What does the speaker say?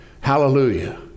Hallelujah